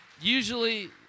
Usually